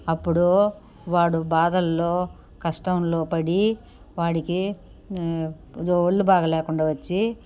అప్పుడు వాడు బాధల్లో కష్టంలోపడి వాడికి కొద్దొ ఒళ్ళు బాగా లేకుండా వచ్చి